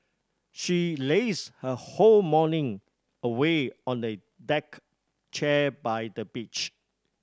she laze her whole morning away on the deck chair by the beach